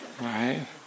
right